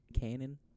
Canon